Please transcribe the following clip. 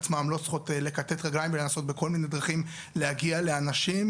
עצמן לא צריכות לכתת רגליים ולנסות בכל מיני דרכים להגיע לאנשים.